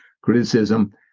criticism